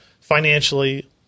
financially